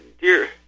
dear